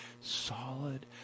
solid